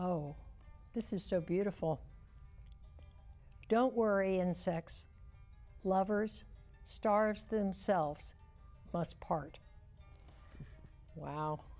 oh this is so beautiful don't worry and sex lovers stars themselves must part wow